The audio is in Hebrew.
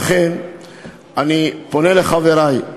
לכן אני פונה לחברי,